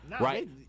right